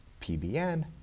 PBN